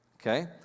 Okay